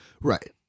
right